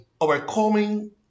overcoming